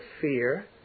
fear